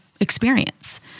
experience